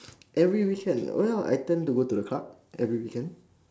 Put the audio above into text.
every weekend oh ya I tend to go to the club every weekend